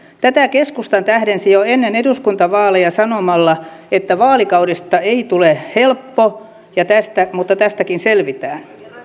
tätä keskusta tähdensi jo ennen eduskuntavaaleja sanomalla että vaalikaudesta ei tule helppo mutta tästäkin selvitään